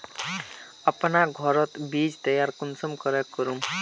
अपना घोरोत बीज तैयार कुंसम करे करूम?